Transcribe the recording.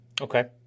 Okay